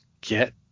get